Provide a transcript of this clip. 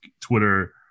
Twitter